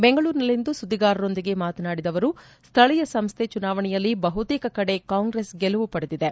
ಬೆಂಗಳೂರಿನಲ್ಲಿಂದು ಸುದ್ದಿಗಾರರೊಂದಿಗೆ ಮಾತನಾಡಿದ ಅವರು ಸ್ವಳೀಯ ಸಂಸ್ಥೆ ಚುನಾವಣೆಯಲ್ಲಿ ಬಹುತೇಕ ಕಡೆ ಕಾಂಗ್ರೆಸ್ ಗೆಲುವು ಪಡೆದಿದೆ